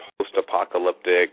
post-apocalyptic